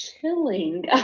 chilling